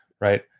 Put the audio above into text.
right